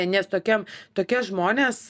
nes tokie tokie žmonės